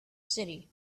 city